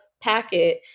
packet